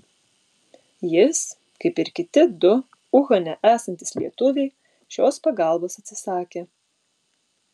jis kaip ir kiti du uhane esantys lietuviai šios pagalbos atsisakė